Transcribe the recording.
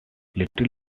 little